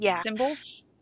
symbols